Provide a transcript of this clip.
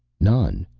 none!